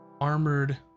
armored